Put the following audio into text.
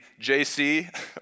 JC